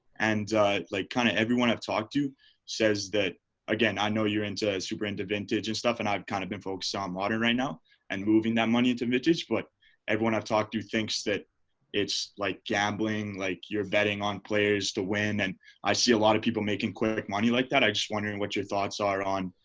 and like kinda kind of everyone i've talked to says that again i know you're into super into vintage and stuff. and i've kind of been focused on ah modern right now and moving that money into vintage. but everyone i've talked to thinks that it's like gambling, like you're betting on players to win. and i see a lot of people making quick money like that. i just wondering what your thoughts are on?